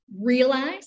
realize